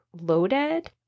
loaded